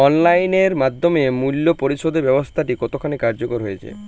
Online এর মাধ্যমে মূল্য পরিশোধ ব্যাবস্থাটি কতখানি কার্যকর হয়েচে?